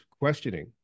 questioning